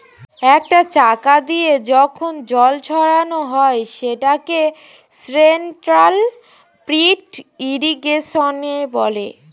একটা চাকা দিয়ে যখন জল ছড়ানো হয় সেটাকে সেন্ট্রাল পিভট ইর্রিগেশনে